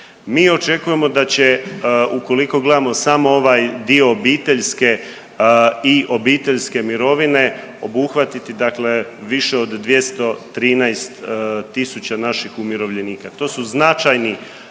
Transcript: Mi očekujemo da će ukoliko gledamo samo ovaj dio obiteljske i obiteljske mirovine obuhvatiti dakle više od 213 tisuća naših umirovljenika. To su značajni